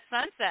sunset